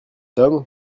homme